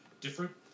different